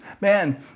Man